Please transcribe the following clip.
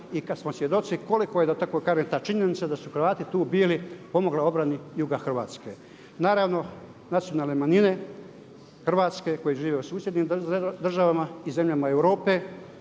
I kad smo svjedoci koliko je da tako kažem ta činjenica da su Hrvati tu bili pomogli obrani juga Hrvatske. Naravno nacionalne manjine hrvatske koje žive u susjednim državama i zemljama Europe